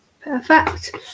perfect